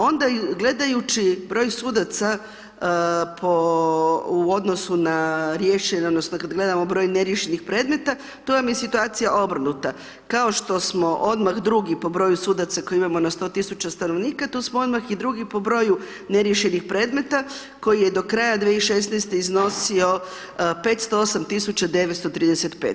Onda gledajući broj sudaca po, u odnosu na riješeno, odnosno kad gledamo broj neriješenih predmeta, tu vam je situacija obrnuta, kao što smo odmah drugi po broju sudaca koji imamo na 100.000 stanovnika, tu smo odmah i drugi po broju neriješenih predmeta koji je do kraja 2016.-te iznosio 508.935.